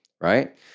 right